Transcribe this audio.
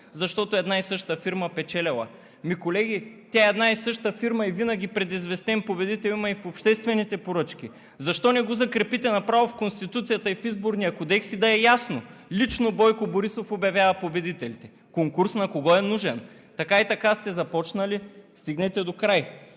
защото една и съща фирма печелела. Ами, колеги, тя е една и съща фирма и винаги предизвестен победител има и в обществените поръчки. Защо не го закрепите направо в Конституцията и в Изборния кодекс и да е ясно – лично Бойко Борисов обявява победителите. Конкурс на кого е нужен?! Така и така сте започнали, стигнете до край.